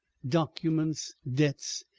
documents, debts,